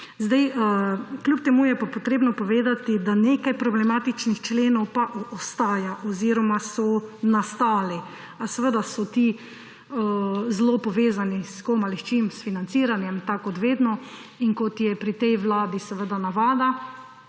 Kljub temu je pa potrebno povedati, da nekaj problematičnih členov pa ostaja oziroma so nastali. Seveda so ti zelo povezani – s kom ali s čim? S financiranjem! Tako kot vedno in kot je pri tej vladi navada,